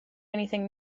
anything